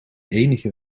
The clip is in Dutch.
enige